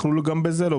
אנחנו לא בטוחים